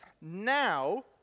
now